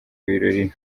ibirori